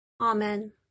Amen